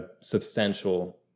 substantial